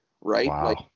right